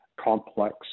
complex